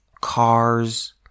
cars